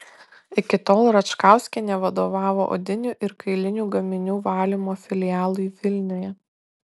iki tol račkauskienė vadovavo odinių ir kailinių gaminių valymo filialui vilniuje